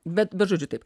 bet bet žodžiu taip